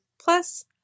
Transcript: plus